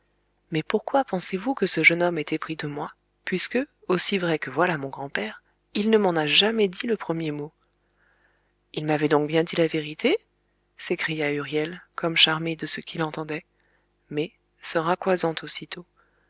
mais pourquoi pensez-vous que ce jeune homme est épris de moi puisque aussi vrai que voilà mon grand-père il ne m'en a jamais dit le premier mot il m'avait donc bien dit la vérité s'écria huriel comme charmé de ce qu'il entendait mais se raccoisant aussitôt